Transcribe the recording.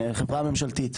החברה הממשלתית.